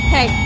Hey